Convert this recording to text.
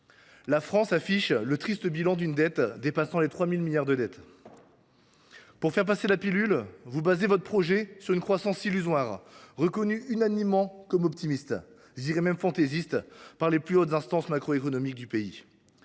la France affiche un triste bilan, la dette dépassant les 3 000 milliards d’euros. Pour faire passer la pilule, vous fondez votre projet sur une croissance illusoire, reconnue unanimement comme optimiste, pour ne pas dire fantaisiste, par les plus hautes instances macroéconomiques du pays.